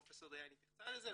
פרופ' דיאן התייחסה לזה,